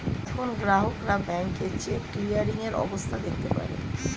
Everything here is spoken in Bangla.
এখন গ্রাহকরা ব্যাংকে চেক ক্লিয়ারিং এর অবস্থা দেখতে পারে